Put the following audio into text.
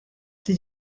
did